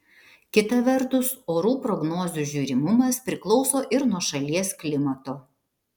kita vertus orų prognozių žiūrimumas priklauso ir nuo šalies klimato